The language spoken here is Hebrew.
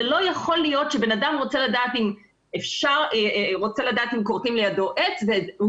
לא יכול להיות שבן אדם רוצה לדעת אם כורתים לידו עץ והוא